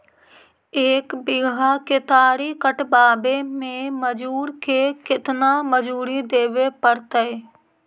एक बिघा केतारी कटबाबे में मजुर के केतना मजुरि देबे पड़तै?